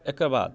एकर बाद